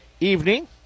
evening